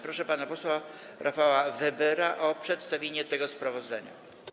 Proszę pana posła Rafała Webera o przedstawienie tego sprawozdania.